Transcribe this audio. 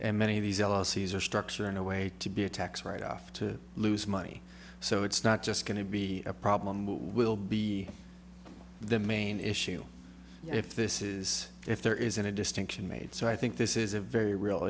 and many of these elysees are structure in a way to be a tax write off to lose money so it's not just going to be a problem will be the main issue if this is if there isn't a distinction made so i think this is a very real